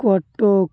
Cuttack